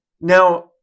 Now